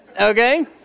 okay